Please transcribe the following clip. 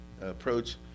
approach